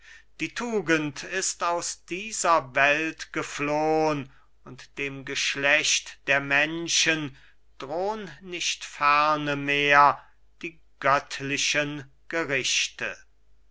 die tugend ist aus dieser welt geflohn und dem geschlecht der menschen drohn nicht ferne mehr die göttlichen gerichte